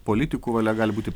politikų valia gali būti